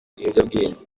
ibiyobyabwenge